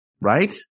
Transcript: Right